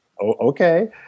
Okay